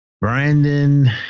Brandon